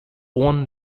own